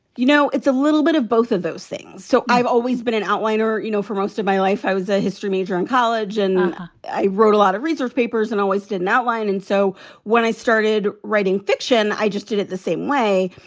you know, it's a little bit of both of those things, so i've always been in outliner, you know, for most of my life. i was a history major in college and i wrote a lot of research papers and always did an outline. and so when i started writing fiction, i just did it the same way.